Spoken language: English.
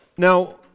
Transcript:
Now